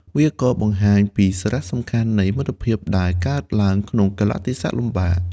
វាក៏បង្ហាញពីសារៈសំខាន់នៃមិត្តភាពដែលកើតឡើងក្នុងកាលៈទេសៈលំបាក។